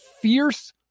fierce